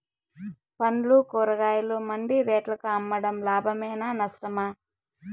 పండ్లు కూరగాయలు మండి రేట్లకు అమ్మడం లాభమేనా నష్టమా?